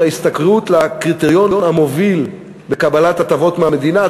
ההשתכרות לקריטריון המוביל בקבלת הטבות מהמדינה,